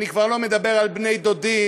אני כבר לא מדבר על בני דודים